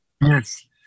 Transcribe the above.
Yes